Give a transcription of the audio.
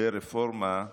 זה דמוקרטיה שהיא,